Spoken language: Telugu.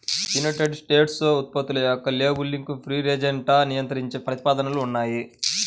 యునైటెడ్ స్టేట్స్లో ఉత్పత్తుల యొక్క లేబులింగ్ను ఫ్రీ రేంజ్గా నియంత్రించే ప్రతిపాదనలు ఉన్నాయి